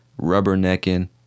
rubbernecking